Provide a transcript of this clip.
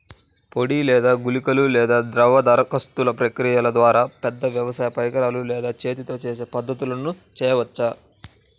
పొడి లేదా గుళికల లేదా ద్రవ దరఖాస్తు ప్రక్రియల ద్వారా, పెద్ద వ్యవసాయ పరికరాలు లేదా చేతితో పనిచేసే పద్ధతులను చేయవచ్చా?